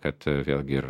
kad vėlgi ir